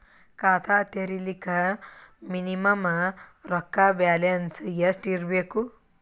ಖಾತಾ ತೇರಿಲಿಕ ಮಿನಿಮಮ ರೊಕ್ಕ ಬ್ಯಾಲೆನ್ಸ್ ಎಷ್ಟ ಇರಬೇಕು?